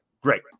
Great